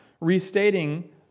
restating